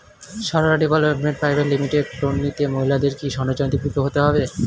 Sarala development private limited loan নিতে মহিলাদের কি স্বর্ণ জয়ন্তী গ্রুপে হতে হবে?